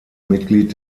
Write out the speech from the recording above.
mitglied